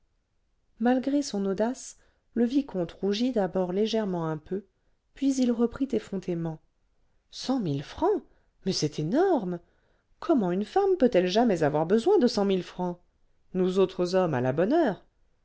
malgré son audace le vicomte rougit d'abord légèrement un peu puis il reprit effrontément cent mille francs mais c'est énorme comment une femme peut-elle jamais avoir besoin de cent mille francs nous autres hommes à la bonne heure